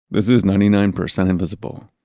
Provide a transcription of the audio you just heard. this is ninety nine percent invisible.